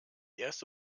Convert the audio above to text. erste